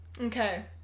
okay